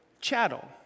chattel